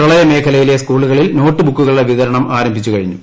പ്രളയമേഖലയിലെ സ്കൂളുകളിൽ നോട്ട് ബുക്കുകളുടെ വിതരണം ആരംഭിച്ചുകഴിഞ്ഞു